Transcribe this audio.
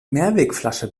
mehrwegflasche